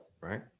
right